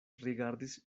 rigardis